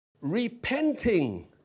repenting